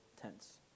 tense